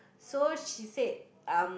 so she said um